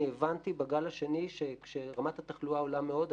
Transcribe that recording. הבנתי בגל השני הוא שכשרמת התחלואה עולה מאוד,